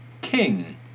King